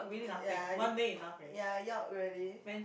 ya y~ ya York really